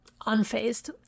unfazed